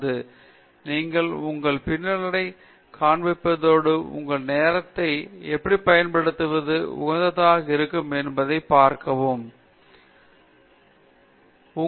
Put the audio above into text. நிறைய ஏமாற்றங்கள் இருக்கலாம் ஆனால் இந்த முறை எல்லா நேரங்களிலும் நீங்கள் உங்கள் பின்னடைவைக் காண்பிப்பதோடு உங்கள் நேரத்தை எப்படி பயன்படுத்துவது உகந்ததாக இருக்கும் என்பதைப் பார்க்கவும் நேர்மறை இருக்க கற்கவும் மேம்படுத்தவும்